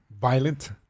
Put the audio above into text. violent